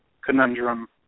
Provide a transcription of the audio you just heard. conundrum